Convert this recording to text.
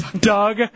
Doug